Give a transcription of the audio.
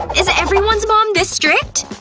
is everyone's mom this strict?